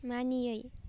मानियै